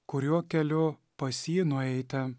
kuriuo keliu pas jį nueiti